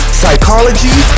psychology